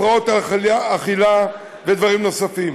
הפרעות אכילה ודברים נוספים,